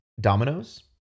Dominoes